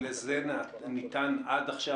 לזה ניתן עד עכשיו,